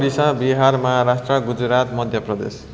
Odisha Bihar Maharashtra Gujarat Madhya Pradesh